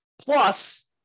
Plus